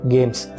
Games